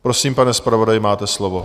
Prosím, pane zpravodaji, máte slovo.